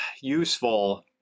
useful